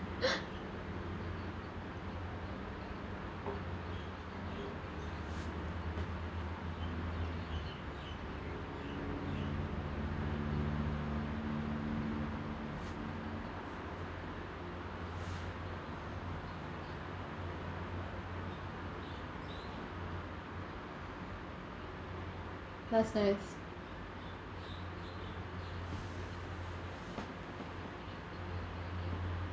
that's nice